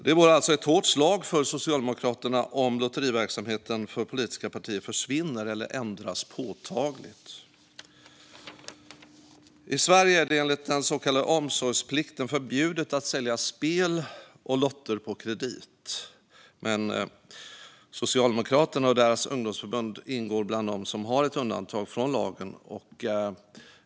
Det vore alltså ett hårt slag för Socialdemokraterna om lotteriverksamheten för politiska partier försvinner eller ändras påtagligt. I Sverige är det enligt den så kallade omsorgsplikten förbjudet att sälja spel och lotter på kredit, men Socialdemokraterna och deras ungdomsförbund finns bland dem som har ett undantag från lagen.